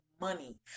money